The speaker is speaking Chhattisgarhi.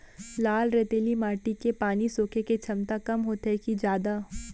लाल रेतीली माटी के पानी सोखे के क्षमता कम होथे की जादा?